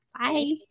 Bye